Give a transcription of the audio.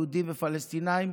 יהודים ופלסטינים,